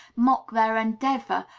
mock their endeavor,